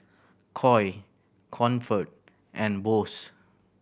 Koi Comfort and Bose